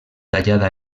tallada